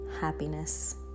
happiness